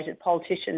politicians